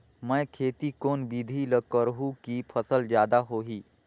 मै खेती कोन बिधी ल करहु कि फसल जादा होही